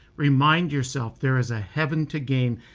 remind yourself there is a heaven to gain,